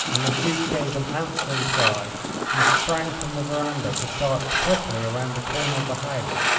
and the duke gave an answering cry and sprang from the veranda to dart quickly around the corner of the house.